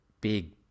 big